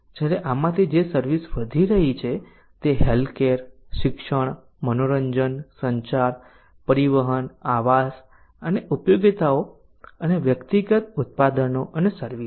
જ્યારે આમાંથી જે સર્વિસ વધી છે તે છે હેલ્થકેર શિક્ષણ મનોરંજન સંચાર પરિવહન આવાસ અને ઉપયોગિતાઓ અને વ્યક્તિગત ઉત્પાદનો અને સર્વિસ